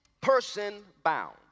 person-bound